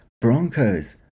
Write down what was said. Broncos